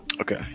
Okay